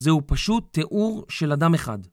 זהו פשוט תיאור של אדם אחד.